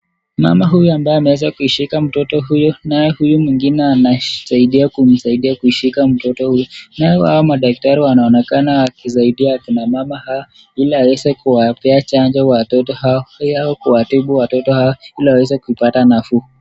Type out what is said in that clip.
Mama huyu ambaye ameweza kumshika mtoto huyo. Naye huyo mwingine anasaidia kumshika mtoto huyo. Nao hawa madaktari wanaonekana wakisaida kina mama hawa ili aweze kuwapea chanjo watoto hawa, ili waweze kuwatibu watoto hawa ili waweze kupata nafuu.